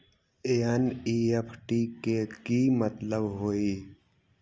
NEFT के कि मतलब होइ?